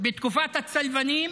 בתקופת הצלבנים,